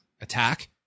attack